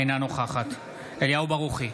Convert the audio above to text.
אינה נוכחת אליהו ברוכי,